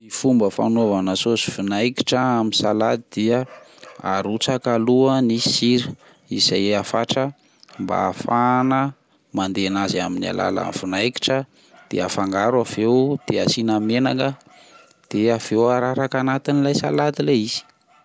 Ny fomba fanaovana sôsy vinaigitra amin'ny salady dia arotsaka aloha ny sira izay afatra mba ahafahana mandena azy amin'ny alalan'ny vinaigitra dia asina menaka de aveo araraka anatin' ilay salady le izy.